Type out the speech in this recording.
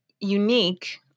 unique